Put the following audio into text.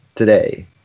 Today